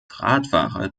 radfahrer